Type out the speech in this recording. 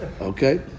Okay